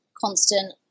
constant